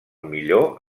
millor